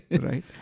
Right